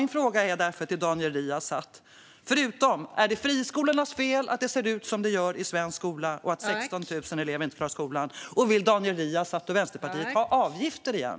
Min fråga till Daniel Riazat är därför: Är det friskolornas fel att det ser ut som det gör i svensk skola och att 16 038 elever inte klarar skolan? Vill Daniel Riazat och Vänsterpartiet ta ut avgifter igen?